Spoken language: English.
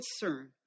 concern